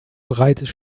breites